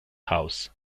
house